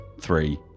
Three